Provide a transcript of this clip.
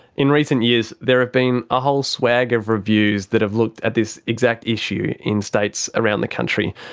in recent years there have been a whole swag of reviews that have looked at this exact issue in states around the country,